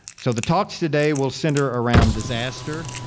so the talks today will center around disaster,